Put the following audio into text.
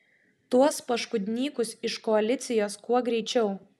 tuos paškudnykus iš koalicijos kuo greičiau